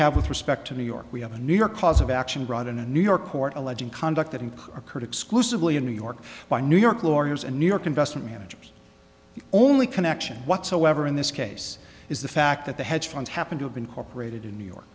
have with respect to new york we have a new york cause of action brought in a new york court alleging conduct that in occurred exclusively in new york by new york lawyers and new york investment managers the only connection whatsoever in this case is the fact that the hedge funds happen to have incorporated in new